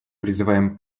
призываем